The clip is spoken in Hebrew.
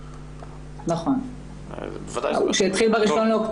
הוא התחיל ב-1.10.